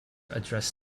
address